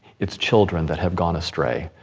its children that have gone astray.